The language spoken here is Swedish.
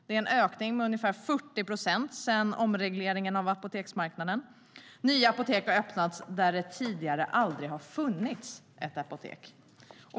Det är en ökning med ungefär 40 procent sedan omregleringen av apoteksmarknaden. Nya apotek har öppnats där det tidigare aldrig har funnits ett apotek.